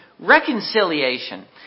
Reconciliation